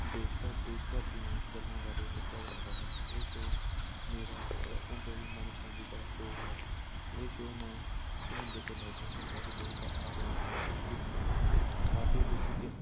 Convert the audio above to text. ਦੇਸ਼ ਭਰ ਦੇਸ਼ ਭਰ ਦੀਆਂ ਗੱਲਾਂ ਬਾਰੇ ਦੱਸਿਆ ਜਾਂਦਾ ਹੈ ਇਹ ਸ਼ੋਅ ਮੇਰਾ ਬਚਪਨ ਤੋਂ ਹੀ ਮਨਪਸੰਦੀਦਾ ਸ਼ੋਅ ਹੈ ਇਹ ਸ਼ੋਅ ਮੈਂ ਛੋਟੇ ਹੁੰਦੇ ਤੋਂ ਲੈ ਕੇ ਹੁਣ ਤੱਕ ਦੇਖਦਾ ਆ ਰਿਹਾ ਹਾਂ ਇਸ ਵਿੱਚ ਮੈਨੂੰ ਕਾਫੀ ਕੁਛ